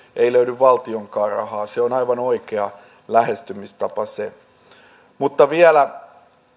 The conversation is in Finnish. ei löydy valtionkaan rahaa se on aivan oikea lähestymistapa se vielä